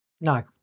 No